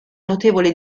notevole